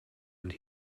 and